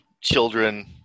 children